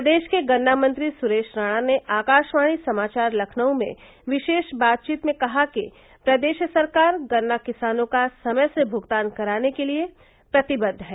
प्रदेश के गन्ना मंत्री सुरेश राणा ने आकाशवाणी समाचार लखनऊ में विशेष बातवीत में कहा कि प्रदेश सरकार गन्ना किसानों का समय से भुगतान कराने के लिए प्रतिबद्व है